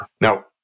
Now